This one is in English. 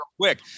quick